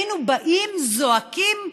היינו באים, זועקים,